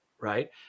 Right